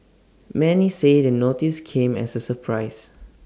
many say the notice came as A surprise